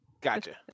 Gotcha